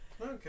Okay